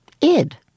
id